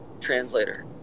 translator